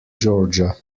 georgia